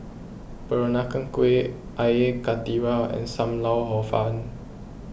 Peranakan Kueh Air Karthira and Sam Lau Hor Fun